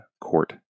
court